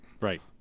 Right